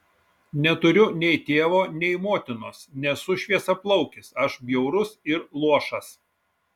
neturiu nei tėvo nei motinos nesu šviesiaplaukis aš bjaurus ir luošas